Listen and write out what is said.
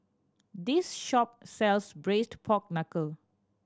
this shop sells Braised Pork Knuckle